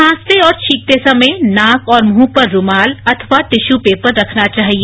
खांसते और छींकते समय नाक और मुंह पर रूमाल अथवा टिश्यू पेपर रखना चाहिए